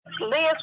Liz